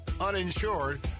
uninsured